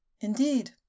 Indeed